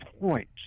point